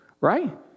right